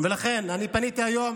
ולכן אני פניתי היום